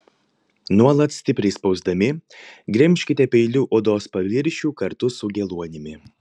nuolat stipriai spausdami gremžkite peiliu odos paviršių kartu su geluonimi